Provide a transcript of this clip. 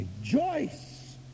rejoice